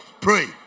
Pray